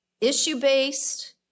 issue-based